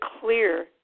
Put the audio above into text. clear